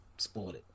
spoiled